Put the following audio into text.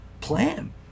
plan